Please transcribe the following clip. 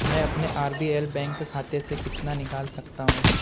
मैं अपने R B L bank खाते से कितना निकाल सकता हूँ